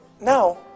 Now